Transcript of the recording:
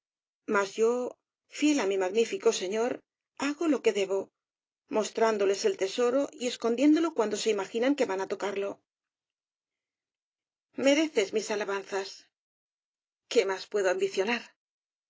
mas yo fiel á mi magnífico señor hago lo que debo mostrándoles el tesoro y escondiéndolo cuando se imaginan que van á tocarlo mereces mis alabanzas qué más puedo ambicionar